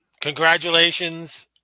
Congratulations